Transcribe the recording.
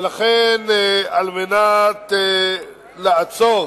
ולכן, על מנת לעצור